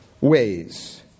ways